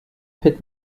pit